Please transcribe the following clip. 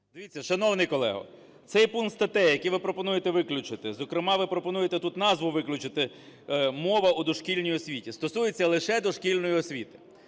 Дивіться, шановний колего, цей пункт статей, які ви пропонуєте виключити, зокрема, ви пропонуєте тут назву виключити "Мова у дошкільній освіті" – стосується лише дошкільної освіти.